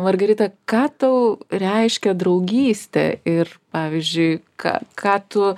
margarita ką tau reiškia draugystė ir pavyzdžiui ką ką tu